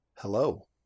hello